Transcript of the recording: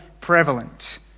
prevalent